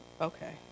Okay